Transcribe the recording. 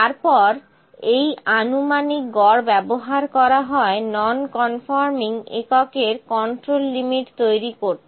তারপর এই আনুমানিক গড় ব্যবহার করা হয় নন কনফর্মিং এককের কন্ট্রোল লিমিট তৈরি করতে